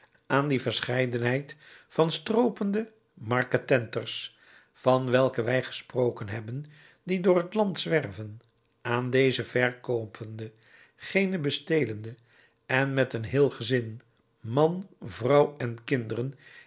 aan die verscheidenheid van stroopende marketenters van welke wij gesproken hebben die door het land zwerven aan dezen verkoopende genen bestelende en met een geheel gezin man vrouw en kinderen